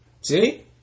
See